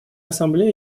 ассамблея